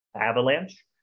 Avalanche